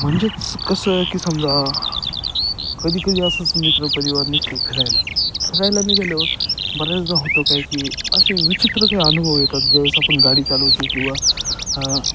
म्हणजेच कसं की समजा कधी कधी असंच मित्र परिवार निघतो फिरायला फिरायला निघाल्यावर बऱ्याचदा होतं काय की असे विचित्र काही अनुभव येतात ज्यावेळेस आपण गाडी चालवते किंवा